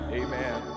amen